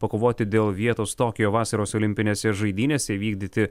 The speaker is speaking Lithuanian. pakovoti dėl vietos tokijo vasaros olimpinėse žaidynėse įvykdyti